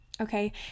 okay